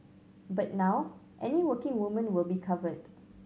but now any working woman will be covered